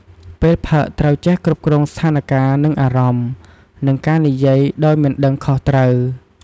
ពេលផឹកត្រូវចេះគ្រប់គ្រងស្ថានការ និងអារម្មណ៍ និងការនិយាយដោយមិនដឹងខុសត្រូវ។